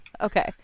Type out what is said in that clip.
okay